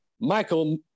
Michael